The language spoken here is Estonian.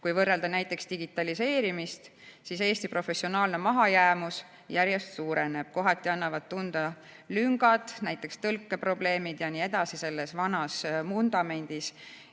Kui võrrelda näiteks digitaliseerimist, siis Eesti professionaalne mahajäämus järjest suureneb, kohati annavad tunda lüngad, näiteks tõlkeprobleemid jne selles vanas vundamendis.